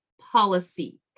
policy